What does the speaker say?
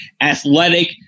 athletic